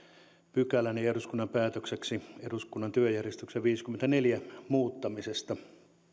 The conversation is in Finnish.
pykälän ja eduskunnan päätökseksi eduskunnan työjärjestyksen viidennenkymmenennenneljännen pykälän muuttamisesta